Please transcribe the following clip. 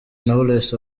knowless